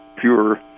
pure